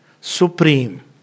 supreme